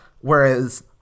whereas